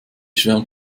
schwärmt